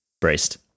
Braced